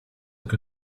que